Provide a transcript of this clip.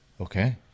Okay